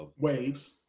waves